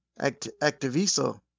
activiso